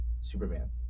superman